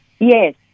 Yes